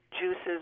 juices